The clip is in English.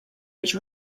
which